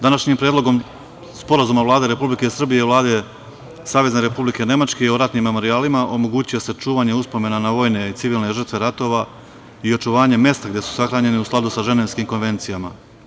Današnjim Predlogom Sporazuma Vlade Republike Srbije i Vlade Savezne Republike Nemačke o ratnim memorijalima omogućuje se čuvanje uspomena na vojne i civilne žrtve ratova i očuvanje mesta gde su sahranjeni, u skladu sa Ženevskim konvencijama.